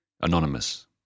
Anonymous